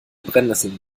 brennnesseln